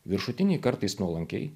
viršutiniai kartais nuolankiai